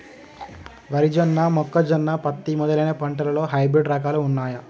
వరి జొన్న మొక్కజొన్న పత్తి మొదలైన పంటలలో హైబ్రిడ్ రకాలు ఉన్నయా?